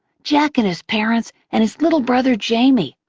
jack and his parents and his little brother, jamie.